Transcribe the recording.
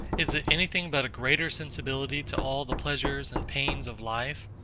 is it any thing but a greater sensibility to all the pleasures and pains of life?